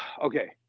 Okay